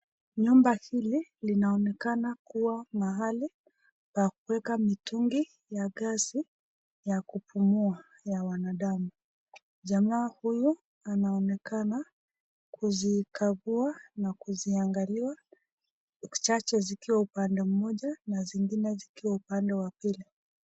Nyumba hili linaonekana kuwa mahali pa kuweka mitungi ya asi ya kupumua ya wanadamu. Jamaa huyu anaonekana kuzikagua na kuziangalia chache zikiwa upande mmoja na zingine zikiwa upande wa pili.